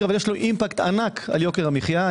אבל יש לו אימפקט ענק על יוקר המחיה.